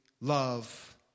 love